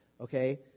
okay